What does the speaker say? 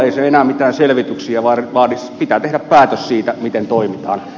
ei se enää mitään selvityksiä vaadi pitää tehdä päätös siitä miten toimitaan